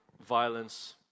violence